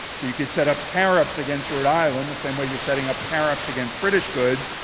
so you could set up tariffs against rhode island the same way you're setting up tariffs against british goods.